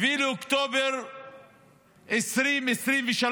7 באוקטובר 2023,